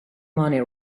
money